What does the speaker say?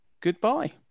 Goodbye